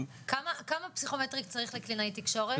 --- כמה פסיכומטרי צריך לקלינאי תקשורת?